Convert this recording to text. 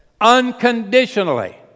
unconditionally